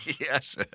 Yes